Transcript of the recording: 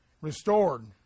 restored